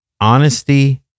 honesty